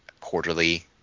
quarterly